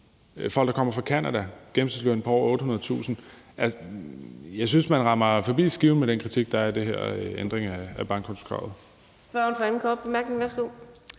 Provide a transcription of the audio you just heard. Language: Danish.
folk, der kommer fra Canada, med en gennemsnitsløn på over 800.000 kr. Jeg synes, at man rammer forbi skiven med den kritik, der af de her ændringer af bankkontokravet.